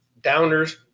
downers